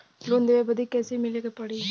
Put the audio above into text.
Loan लेवे बदी कैसे मिले के पड़ी?